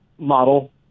Model